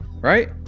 right